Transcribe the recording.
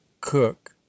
Cook